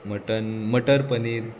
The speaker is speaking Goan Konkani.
मटन मटर पनीर